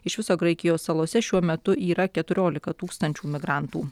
iš viso graikijos salose šiuo metu yra keturiolika tūkstančių migrantų